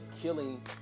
killing